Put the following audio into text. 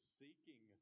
seeking